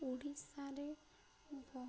ଓଡ଼ିଶାରେ